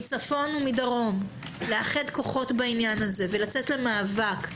מצפון ומדרום לאחד כוחות בעניין הזה ולצאת למאבק,